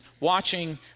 watching